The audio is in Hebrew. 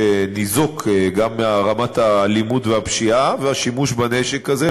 שניזוק גם מרמת האלימות והפשיעה והשימוש בנשק הזה,